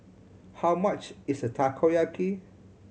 how much is Takoyaki